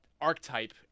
archetype